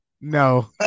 no